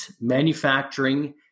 manufacturing